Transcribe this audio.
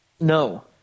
No